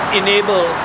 enable